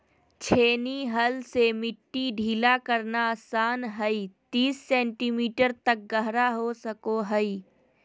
छेनी हल से मिट्टी ढीला करना आसान हइ तीस सेंटीमीटर तक गहरा हो सको हइ